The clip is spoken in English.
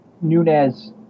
Nunez